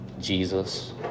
Jesus